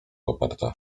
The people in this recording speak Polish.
kopertę